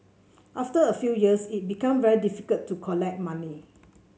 after a few years it became very difficult to collect money